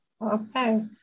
Okay